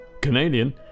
Canadian